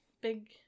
Big